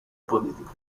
politica